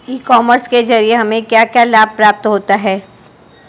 ई commerce के ज़रिए हमें क्या क्या लाभ प्राप्त होता है?